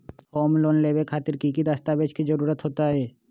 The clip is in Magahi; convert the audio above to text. होम लोन लेबे खातिर की की दस्तावेज के जरूरत होतई?